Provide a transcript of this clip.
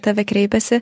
tave kreipiasi